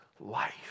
life